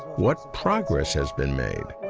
what progress has been made?